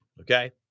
okay